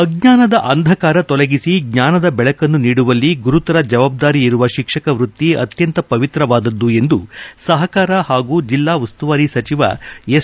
ಅಜ್ವಾನದ ಅಂಧಕಾರ ತೊಲಗಿಸಿ ಜ್ವಾನದ ಬೆಳಕನ್ನು ನೀಡುವಲ್ಲಿ ಗುರುತರ ಜವಾಬ್ದಾರಿ ಇರುವ ಶಿಕ್ಷಕ ವೃತ್ತಿ ಅತ್ಯಂತ ಪವಿತ್ರವಾದದ್ದು ಎಂದು ಸಹಕಾರ ಹಾಗೂ ಜೆಲ್ಲಾ ಉಸ್ತುವಾರಿ ಸಚಿವ ಎಸ್